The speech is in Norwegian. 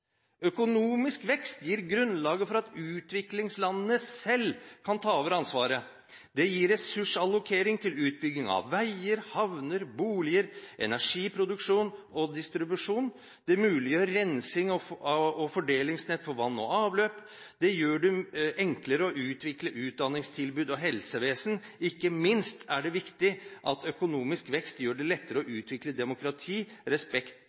Økonomisk vekst gir grunnlaget for at utviklingslandene selv kan ta over ansvaret. Det gir ressursallokering til utbygging av veier, havner, boliger, energiproduksjon og -distribusjon. Det muliggjør rensing og fordelingsnett for vann og avløp, og det gjør det enklere å utvikle utdanningstilbud og helsevesen. Ikke minst viktig er det at økonomisk vekst gjør det lettere å utvikle demokrati og respekt